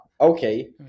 Okay